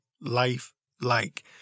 lifelike